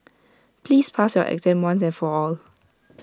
please pass your exam once and for all